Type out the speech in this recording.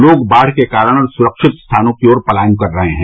लोग बाढ़ के कारण सुरक्षित स्थानों की ओर पलायन कर रहे हैं